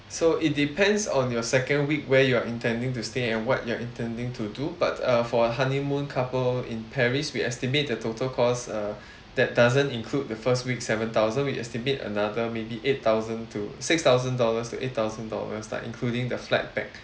so it depends on your second week where you're intending to stay and what you're intending to do but uh for honeymoon couple in paris we estimate the total cost uh that doesn't include the first week seven thousand we estimate another maybe eight thousand to six thousand dollars to eight thousand dollars lah including the flight back